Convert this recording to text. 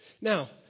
Now